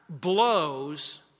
blows